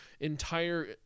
entire